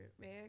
man